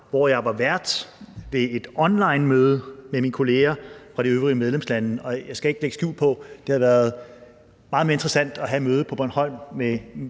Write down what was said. hvor jeg var vært ved et onlinemøde med mine kolleger fra de øvrige medlemslande, og jeg skal ikke lægge skjul på, at det havde været meget mere interessant at have mødet på Bornholm med